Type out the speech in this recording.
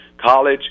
college